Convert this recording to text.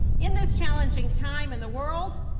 in this challenging time in the world,